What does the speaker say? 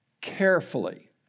carefully